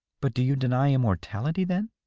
but do you deny immortality, then?